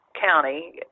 county